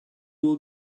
will